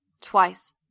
twice